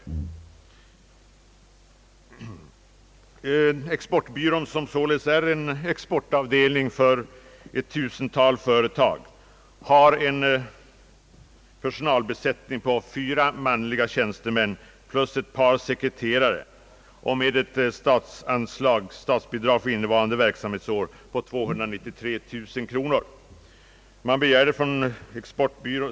Småindustrins Exportbyrå, som således är en exportavdelning för ett tusental företag, har en personalbesättning på fyra manliga tjänstemän plus ett par sekreterare och eti statsanslag innevarande verksamhetsår på 293 000 kronor.